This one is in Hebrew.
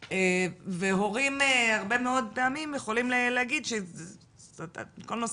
הורים הרבה מאוד פעמים יכולים להגיד שכל נושא